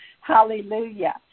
Hallelujah